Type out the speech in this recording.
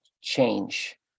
change